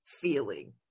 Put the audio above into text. feeling